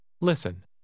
Listen